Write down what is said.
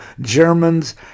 Germans